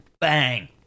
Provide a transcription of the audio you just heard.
bang